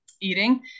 eating